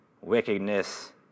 wickedness